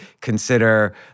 consider